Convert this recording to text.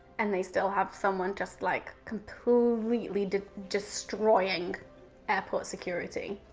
and they still have someone just like completely destroying airport security.